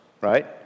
Right